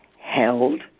held